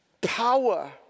power